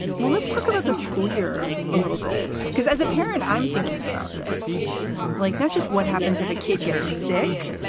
well, let's talk about the school year a little bit, because as a parent, i'm thinking about this like not just what happens if a kid gets sick,